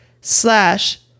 slash